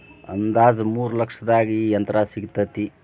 ಅಂದಾಜ ಮೂರ ಲಕ್ಷದಾಗ ಈ ಯಂತ್ರ ಸಿಗತತಿ